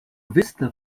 vista